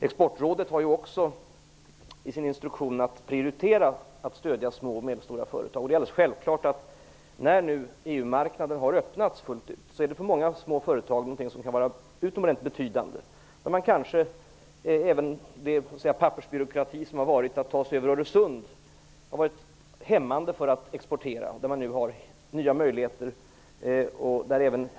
Exportrådet skall också enligt sin instruktion prioritera stöd till små och medelstora företag. Det är självklart att det, när EU-marknaden nu har öppnats fullt ut, kan vara utomordentligt betydande för många småföretag. Det har tidigare varit en hämmande pappersbyråkrati för dem som exporterat över Öresund, men där finns det nu nya möjligheter.